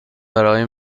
برای